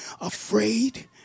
afraid